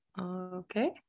Okay